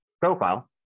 profile